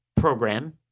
program